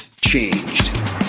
Changed